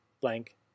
blank